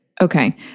Okay